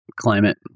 climate